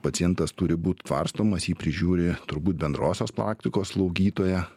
pacientas turi būt tvarstomas jį prižiūri turbūt bendrosios praktikos slaugytoja